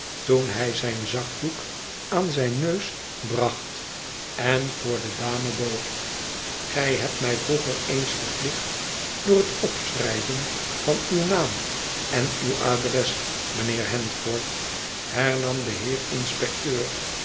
toen hij zijn zakdoek aan zijn neus bracht en voor de dame boog gij hebt mij vroeger eens verplicht door het opschrijven vanaw naam en uw adres mijnheer handford hernam de heer inspecteur